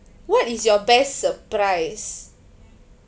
what is your best surprise